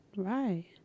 Right